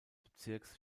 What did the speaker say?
bezirks